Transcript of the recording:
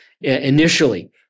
initially